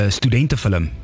studentenfilm